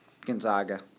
Gonzaga